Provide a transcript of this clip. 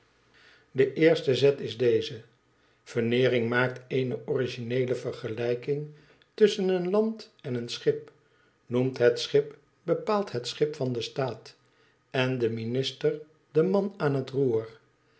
de eerste zet is deze veneering maakt eene origineele vergelijking tusschen een land en een schip noemt het schip bepaald het schip van den staat en den minister den man aan het roer